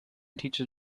teaches